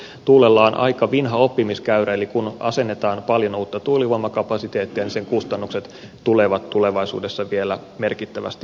tuulella on aika vinha oppimiskäyrä eli kun asennetaan paljon uutta tuulivoimakapasiteettia niin sen kustannukset tulevat tulevaisuudessa vielä merkittävästi alas